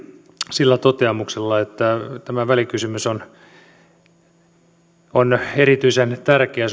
sillä toteamuksella että tämä välikysymys suomalaisen maatalouden kriisistä on erityisen tärkeä